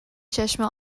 چشمه